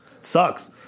sucks